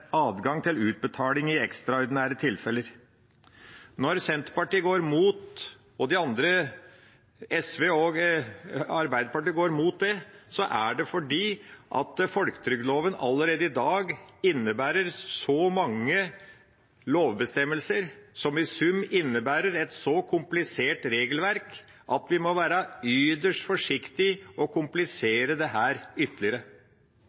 adgang til utbetaling i ekstraordinære tilfeller. Når Senterpartiet, og SV og Arbeiderpartiet, går mot det, er det fordi folketrygdloven allerede i dag innebærer så mange lovbestemmelser, som i sum innebærer et så komplisert regelverk at vi må være ytterst forsiktige med å komplisere dette ytterligere.